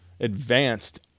advanced